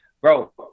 bro